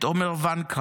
אח של איתן אורן,